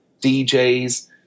DJs